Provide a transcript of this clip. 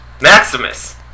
Maximus